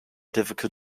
difficult